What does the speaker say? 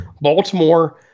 Baltimore